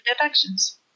deductions